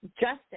justice